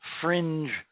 fringe